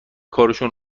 کارشون